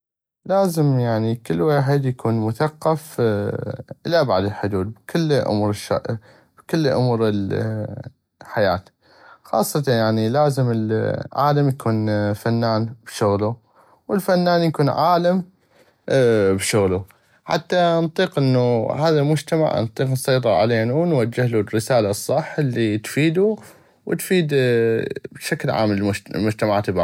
لازم يعني كل ويحد اكون مثقف الى ابعد الحدود كل امور كل امور الحياة خاصة لازم يكون العالم يكون فنان بشغلو والفنان يكون عالم بشغلو حتى نطيق انو هذا المجتمع نطيق نسيطر علينو نوجهلو الرسالة الصح الي تفيدو وتفيد بشكل عام المجتمعات الباقية.